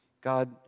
God